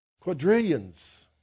quadrillions